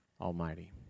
Almighty